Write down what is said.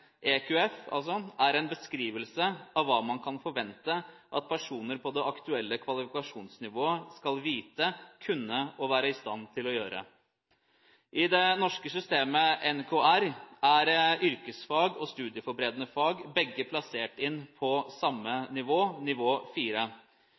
aktuelle kvalifikasjonsnivå skal vite, kunne og være i stand til å gjøre». I det norske systemet NKR er yrkesfag og studieforberedende fag begge plassert inn på samme